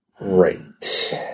Right